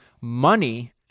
money